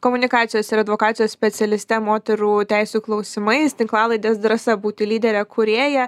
komunikacijos ir advokacijos specialiste moterų teisių klausimais tinklalaidės drąsa būti lydere kūrėja